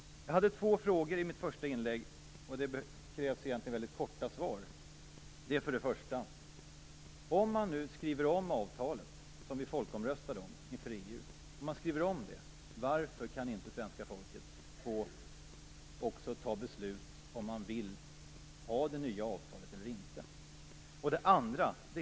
Jag ställde två frågor i mitt första inlägg, och det krävs egentligen väldigt korta svar. För det första: Om man nu skriver om det avtal som vi folkomröstade om i valet om EU-medlemskap, varför kan inte svenska folket också få fatta beslut om det vill ha det nya avtalet eller inte?